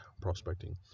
prospecting